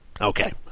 Okay